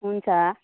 हुन्छ